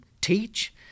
teach